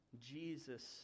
Jesus